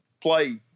play